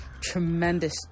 tremendous